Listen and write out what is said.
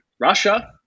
Russia